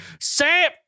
Sam